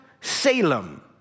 Salem